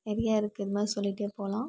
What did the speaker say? நிறையா இருக்குது இதுமாதிரி சொல்லிகிட்டே போலாம்